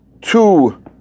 two